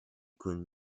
kun